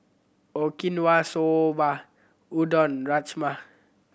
Okinawa Soba Udon Rajma